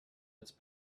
its